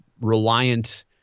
reliant